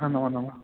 नमो नमः